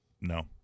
No